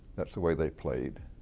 that's the way they played,